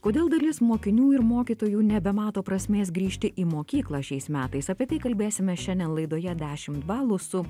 kodėl dalis mokinių ir mokytojų nebemato prasmės grįžti į mokyklą šiais metais apie tai kalbėsime šiandien laidoje dešimt balų su